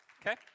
Okay